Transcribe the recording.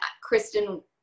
Kristen